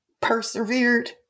persevered